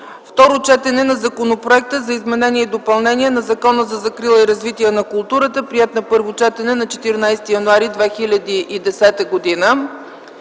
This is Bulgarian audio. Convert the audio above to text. Второ четене на Законопроекта за изменение и допълнение на Закона за закрила и развитие на културата. (Приет на първо четене на 14.01.2010 г.) 10.